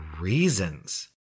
reasons